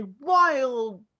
wild